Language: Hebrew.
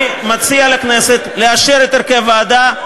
אני מציע לכנסת לאשר את הרכב הוועדה,